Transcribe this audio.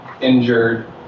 Injured